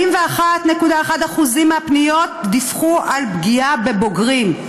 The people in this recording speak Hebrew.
ב-41.1% מהפניות דיווחו על פגיעה בבוגרים.